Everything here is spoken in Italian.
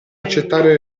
accettare